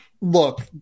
look